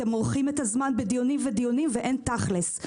אתם מורחים את הזמן בדיונים ודיונים ואין תכלס.